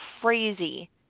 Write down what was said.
crazy